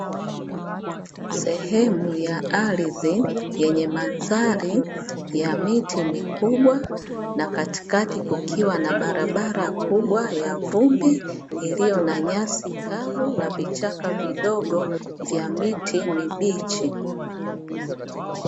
Sehemu ya ardhi yenye mandhari ya miti mikubwa, na katikati kukiwa na barabara kubwa ya vumbi, iliyo na nyasi kavu na vichaka vidogo vya miti mibichi.